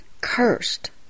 cursed